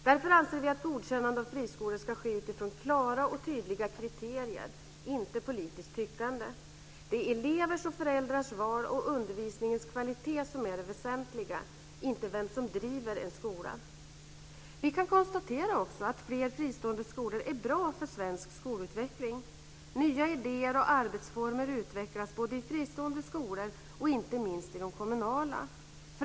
Därför anser vi att godkännande av friskolor ska ske utifrån klara och tydliga kriterier, inte politiskt tyckande. Det är elevers och föräldrars val och undervisningens kvalitet som är det väsentliga, inte vem som driver en skola. Vi kan också konstatera att fler fristående skolor är bra för svensk skolutveckling. Nya idéer och arbetsformer utvecklas både i fristående skolor och inte minst i de kommunala skolorna.